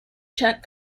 czech